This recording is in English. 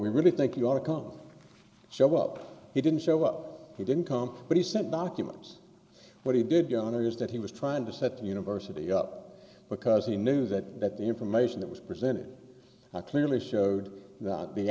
we really think you ought to come show up he didn't show up he didn't come but he sent documents but he did go in areas that he was trying to set the university up because he knew that that the information that was presented clearly showed that the